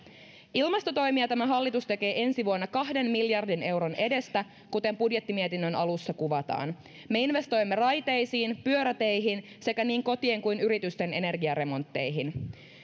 ilmastotoimia tämä hallitus tekee ensi vuonna kahden miljardin euron edestä kuten budjettimietinnön alussa kuvataan me investoimme raiteisiin pyöräteihin sekä niin kotien kuin yritysten energiaremontteihin